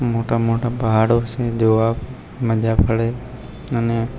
મોટા મોટા પહાડો છે જોવા મજા પડે અને